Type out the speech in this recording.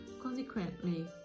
Consequently